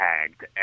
tagged